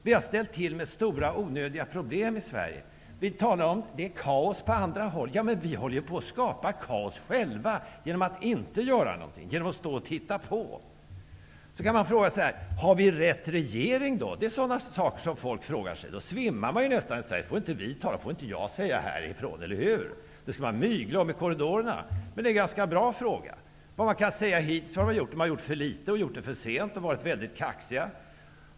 Vi har ställt till med stora och onödiga problem i Sverige. Vi talar om att det är kaos på andra håll. Men vi håller ju på att skapa kaos själva genom att inte göra någonting, genom att stå och titta på. Man kan fråga: Har vi rätt regering? Det är sådana saker som folk frågar sig. Då svimmar man nästan. Så får inte jag säga från talarstolen, eller hur? Det skall man mygla om i korridorerna. Men det är en ganska bra fråga. Det man kan säga om regeringen hittills är att den har gjort för litet, gjort det för sent och varit mycket kaxig.